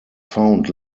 found